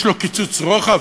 יש לו קיצוץ רוחב,